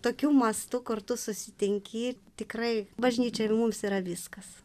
tokiu mastu kur tu susitinki tikrai bažnyčia ir mums yra viskas